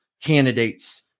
candidates